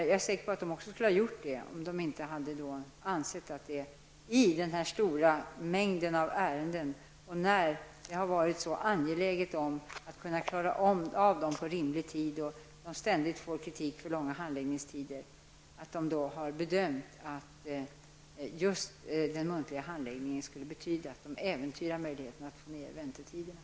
Jag är säker på att man skulle ha gjort det, om man inte i den stora mängden av ärenden, som det varit så angeläget att klara i rimlig tid, och mot bakgrunden av den ständiga kritiken mot långa handläggningstider har bedömt att den muntliga handläggningen äventyrar möjligheten att få ned väntetiderna.